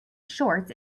shorts